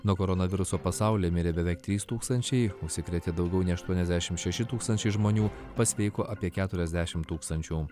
nuo koronaviruso pasaulyje mirė beveik trys tūkstančiai užsikrėtė daugiau nei aštuoniasdešim šeši tūkstančiai žmonių pasveiko apie keturiasdešimt tūkstančių